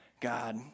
God